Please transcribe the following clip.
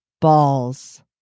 balls